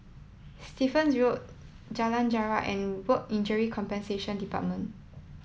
Stevens Road Jalan Jarak and Work Injury Compensation Department